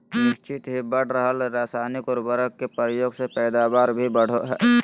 निह्चित ही बढ़ रहल रासायनिक उर्वरक के प्रयोग से पैदावार भी बढ़ो हइ